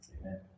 Amen